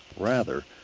rather,